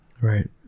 Right